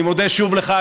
אני מודה שוב לך,